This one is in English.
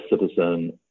citizen